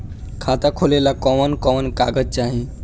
खाता खोलेला कवन कवन कागज चाहीं?